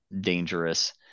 dangerous